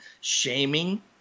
Shaming